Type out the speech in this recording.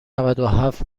نودوهفت